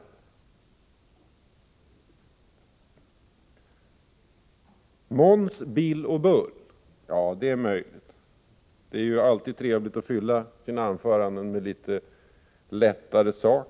Bo Nilsson liknade de borgerliga partiernas företrädare här i debatten vid Måns, Bill och Bull. Det är ju alltid trevligt att i sina anföranden ta in litet lättare stoff.